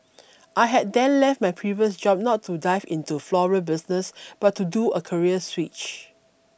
I had then left my previous job not to 'dive' into the floral business but to do a career switch